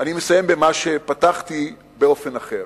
אני מסיים במה שפתחתי, באופן אחר: